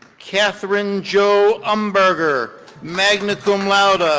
katherine jo umberger, magna cum laude,